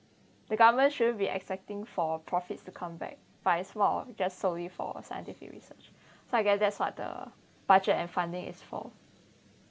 the government shouldn’t be expecting for profits to come back by law just solely for scientific research so I guess that's what the budget and funding is for